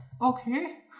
Okay